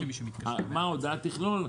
מה ההודעה תכלול,